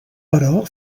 però